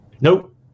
Nope